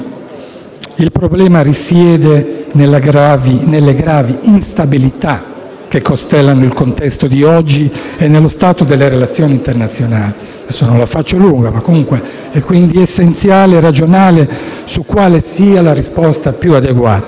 il problema risieda nelle gravi instabilità che costellano il contesto odierno e nello stato delle relazioni internazionali. Non la faccio lunga, ma è comunque essenziale ragionare su quale sia la risposta più adeguata.